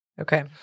Okay